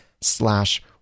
slash